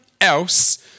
else